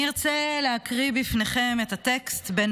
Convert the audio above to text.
אני ארצה להקריא בפניכם את הטקסט "בין